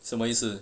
什么意思